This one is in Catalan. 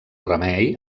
remei